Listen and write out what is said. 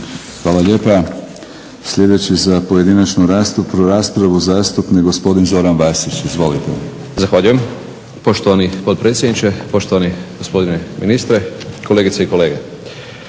Hvala lijepa. Sljedeći za pojedinačnu raspravu zastupnik gospodin Zoran Vasić. Izvolite. **Vasić, Zoran (SDP)** Zahvaljujem, poštovani potpredsjedniče. Poštovani gospodine ministre, kolegice i kolege.